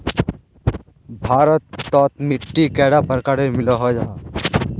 भारत तोत मिट्टी कैडा प्रकारेर मिलोहो जाहा?